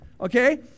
Okay